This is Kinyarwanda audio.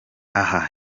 aha